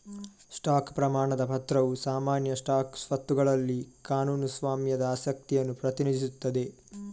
stock ಪ್ರಮಾಣ ಪತ್ರವು ಸಾಮಾನ್ಯ ಸ್ಟಾಕ್ ಸ್ವತ್ತುಗಳಲ್ಲಿ ಕಾನೂನು ಸ್ವಾಮ್ಯದ ಆಸಕ್ತಿಯನ್ನು ಪ್ರತಿನಿಧಿಸುತ್ತದೆ